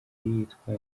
yitwa